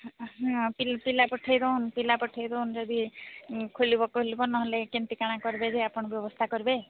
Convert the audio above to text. ହଁ ପିଲା ପଠେଇ ଦଉନ୍ ପିଲା ପଠେଇ ଦଉନ୍ ଯଦି ଖୋଲିବ ଖୋଲିବ ନହେଲେ କେମିତି କାଣା କରିବେ ଯେ ଆପଣ ବ୍ୟବସ୍ଥା କରିବେ